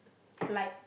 like